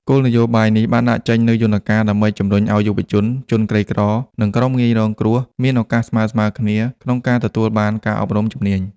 គោលនយោបាយនេះបានដាក់ចេញនូវយន្តការដើម្បីជំរុញឱ្យយុវជន ជនក្រីក្រ និងក្រុមងាយរងគ្រោះមានឱកាសស្មើៗគ្នា ក្នុងការទទួលបានការអប់រំជំនាញ។